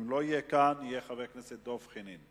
אם הוא לא יהיה כאן, יהיה חבר הכנסת דב חנין.